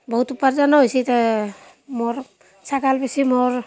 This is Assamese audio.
বহুত উপাৰ্জনো হৈছে তে মোৰ ছাগাল বেছি মোৰ